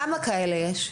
כמה כאלה יש?